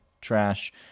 trash